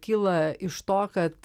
kyla iš to kad